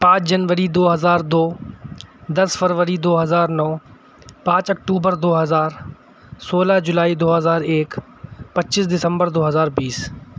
پانچ جنوری دو ہزار دو دس فروری دو ہزار نو پانچ اکتوبر دو ہزار سولہ جولائی دو ہزار ایک بچیس دسمبر دو ہزار بیس